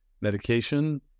medication